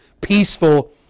peaceful